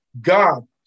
God